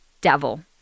devil